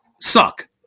suck